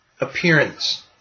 appearance